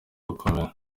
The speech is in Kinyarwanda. bakomeye